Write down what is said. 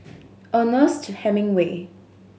Ernest Hemingway